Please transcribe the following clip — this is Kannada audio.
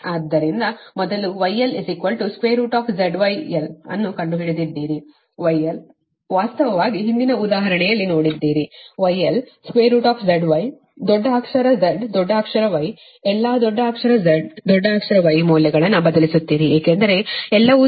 ಆದ್ದರಿಂದ ಮೊದಲು γlZYl ಅನ್ನು ಕಂಡುಕೊಂಡಿದ್ದೀರಿ γl ವಾಸ್ತವವಾಗಿ ಹಿಂದಿನ ಉದಾಹರಣೆಯಲ್ಲಿ ನೋಡಿದ್ದೀರಿ γl ZY ದೊಡ್ಡ ಅಕ್ಷರ Z ದೊಡ್ಡ ಅಕ್ಷರ Y ಎಲ್ಲಾ ದೊಡ್ಡ ಅಕ್ಷರ Z ದೊಡ್ಡ ಅಕ್ಷರ Y ಮೌಲ್ಯಗಳನ್ನು ಬದಲಿಸುತ್ತೀರಿ ಏಕೆಂದರೆ ಎಲ್ಲವೂ ತಿಳಿದಿದೆ 0